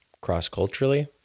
cross-culturally